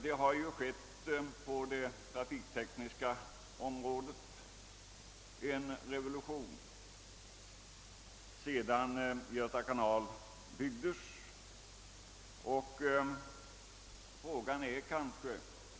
Det har ju skett en revo Iution på det trafiktekniska området sedan Göta kanal byggdes.